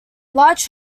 large